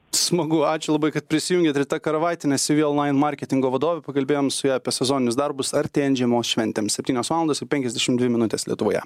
smagu ačiū labai kad prisijungėt rita karavaitienė sivi onlain marketingo vadovė pakalbėjome su ja apie sezoninius darbus artėjant žiemos šventėms septynios valandos ir penkiasdešim dvi minutės lietuvoje